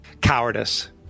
cowardice